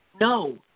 No